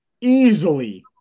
easily